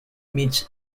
meets